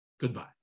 Goodbye